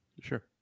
Sure